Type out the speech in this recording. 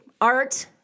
Art